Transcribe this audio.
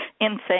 Insane